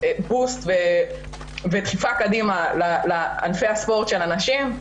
בוסט ודחיפה קדימה לענפי הספורט של הנשים.